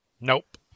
Nope